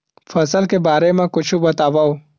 फसल के बारे मा कुछु बतावव